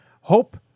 Hope